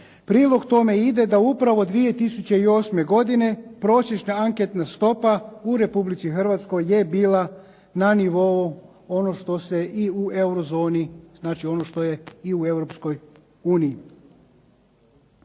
Prilog tome ide da upravo 2008. godine prosječna anketna stopa u Republici Hrvatskoj je bila na nivou ono što se i u Eurozoni, znači ono što je i u Europskoj uniji.